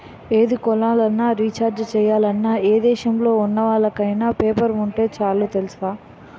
ఏది కొనాలన్నా, రీచార్జి చెయ్యాలన్నా, ఏ దేశంలో ఉన్నోళ్ళకైన పేపాల్ ఉంటే చాలు తెలుసా?